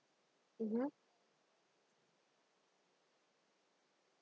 mmhmm